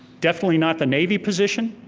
definitely not the navy position,